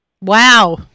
Wow